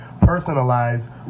personalized